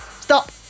Stop